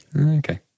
Okay